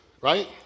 right